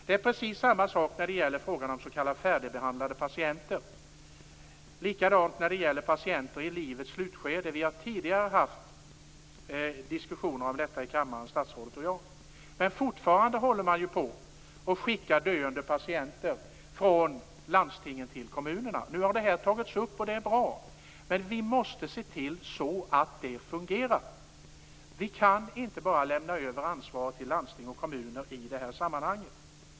Det är precis samma sak med frågan om s.k. färdigbehandlade patienter och patienter i livets slutskede. Statsrådet och jag har tidigare diskuterat detta i kammaren. Men fortfarande håller man på och skickar döende patienter från landstingen till kommunerna. Nu har saken tagits upp, och det är bra. Men vi måste se till att det fungerar. Vi kan inte bara lämna över ansvaret till landsting och kommuner i detta sammanhang.